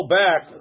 back